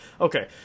okay